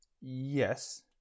Yes